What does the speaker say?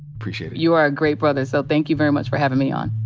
appreciate it. you are a great brother. so thank you very much for having me on.